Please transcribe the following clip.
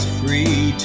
free